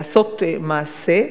ולעשות מעשה,